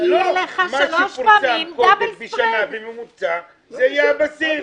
מה שפורסם קודם בשנה בממוצע, זה יהיה הבסיס.